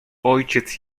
ojciec